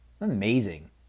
Amazing